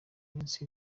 minsi